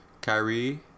Kyrie